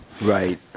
right